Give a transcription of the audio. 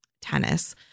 tennis